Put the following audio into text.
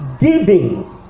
Giving